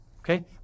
Okay